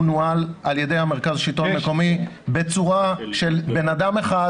הוא נוהל על ידי מרכז השלטון המקומי בצורה של בן אדם אחד